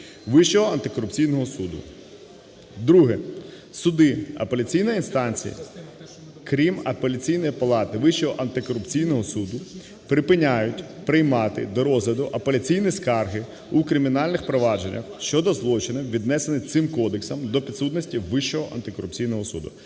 Вищого антикорупційного суду. Друге. Суди апеляційної інстанції (крім Апеляційної палати Вищого антикорупційного суду) припиняють приймати до розгляду апеляційні скарги у кримінальних провадженнях щодо злочинів, віднесених цим кодексом до підсудності Вищого антикорупційного суду.